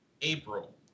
April